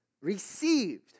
received